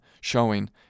showing